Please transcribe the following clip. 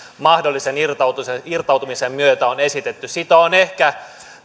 mahdollisen irtautumisen irtautumisen myötä on esitetty sitä on ehkä